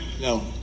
No